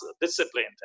disciplined